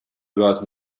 about